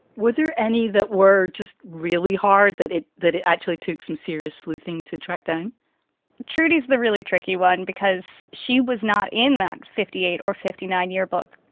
were there any that were just really hard that that actually took some serious sleuthing to track down trudi's the really tricky one, because she was not in that fifty eight or fifty nine year book.